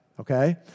Okay